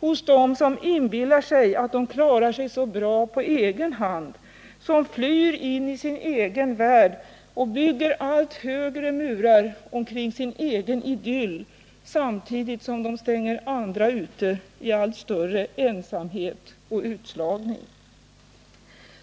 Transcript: hos dem som inbillar sig att de klarar sig så bra på egen hand, som flyr in i sin egen värld och bygger upp allt högre murar omkring sin egen idyll, samtidigt som de stänger andra ute i allt större ensamhet och utslagning.